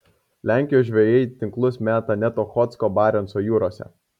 lenkijos žvejai tinklus meta net ochotsko barenco jūrose